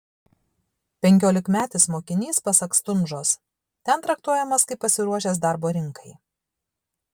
penkiolikmetis mokinys pasak stundžos ten traktuojamas kaip pasiruošęs darbo rinkai